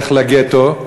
לך לגטו,